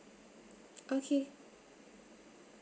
okay